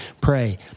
Pray